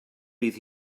bydd